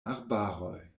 arbaroj